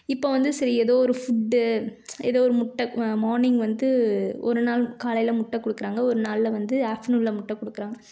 இப்போ வந்து சரி எதோ ஒரு ஃபுட்டு எதோ ஒரு முட்டை மார்னிங் வந்து ஒரு நாள் காலையில் முட்டை கொடுக்குறாங்க ஒரு நாளில் வந்து ஆஃப்டர்நூனனில் முட்டை கொடுக்குறாங்க